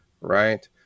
Right